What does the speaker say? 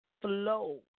flow